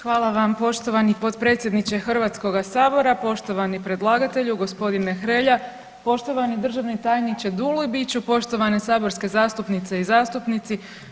Hvala vam poštovani potpredsjedniče Hrvatskoga sabora, poštovani predlagatelju gospodine Hrelja, poštovani državni tajniče Dulibiću, poštovane saborske zastupnice i zastupnici.